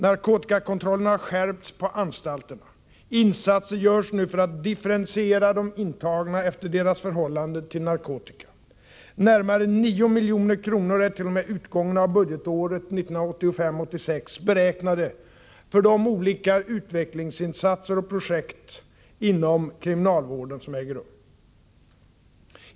Narkotikakontrollen har skärpts på anstalterna. Insatser görs nu för att differentiera de intagna efter deras förhållande till narkotika. Närmare 9 milj.kr. är t.o.m. utgången av budgetåret 1985/86 beräknade för olika utvecklingsinsatser och projekt inom kriminalvården.